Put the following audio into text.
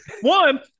One